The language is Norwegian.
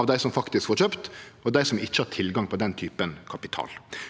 av dei som faktisk får kjøpt – og dei som ikkje har tilgang på slik kapital,